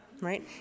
right